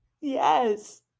Yes